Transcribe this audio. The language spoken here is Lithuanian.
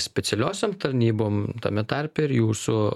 specialiosiom tarnybom tame tarpe ir jūsų